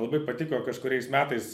labai patiko kažkuriais metais